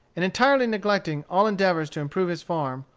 and entirely neglecting all endeavors to improve his farm,